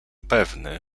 pewny